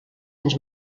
ens